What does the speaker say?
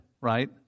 right